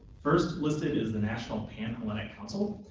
first listed is the national pan-hellenic council.